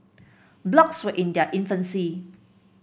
blogs were in their infancy